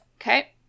Okay